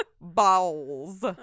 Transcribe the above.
Bowls